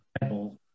Bible